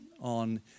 on